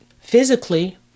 physically